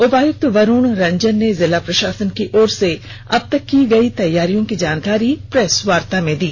उपायुक्त वरूण रंजन ने जिला प्रशासन की ओर से अबतक की गई तैयारियों की जानकारी प्रेस वार्ता कर दी